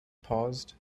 paused